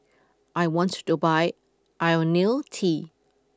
I want to buy Ionil T